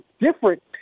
different